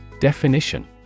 Definition